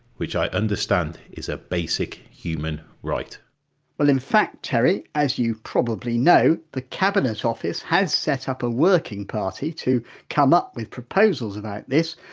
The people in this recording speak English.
which i understand is a basic human right well in fact terry, as you probably know the cabinet office has setup a working party to come up with proposals about this,